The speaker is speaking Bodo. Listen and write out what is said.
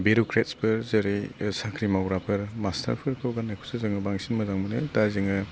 बिउरिक्रेटसफोर जेरै साख्रि मावग्राफोर मास्टारफोरखौ गाननायखौसो जोङो बांसिन मोजां मोनो दा जोङो